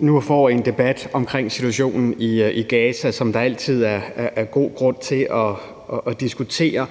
nu får en debat omkring situationen i Gaza, som der altid er god grund til at diskutere.